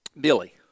Billy